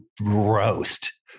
roast